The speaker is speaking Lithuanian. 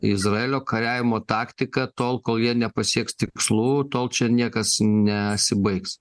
izraelio kariavimo taktiką tol kol jie nepasieks tikslų tol čia niekas nesibaigs